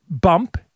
bump